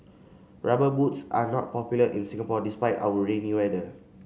Rubber Boots are not popular in Singapore despite our rainy weather